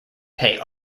pay